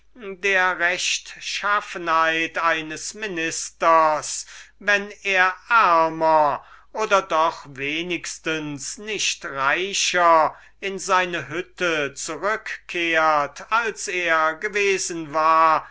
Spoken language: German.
der tugend eines ersten ministers ist wenn er armer oder doch wenigstens nicht reicher in seine einsame hütte zurückkehrt als er gewesen war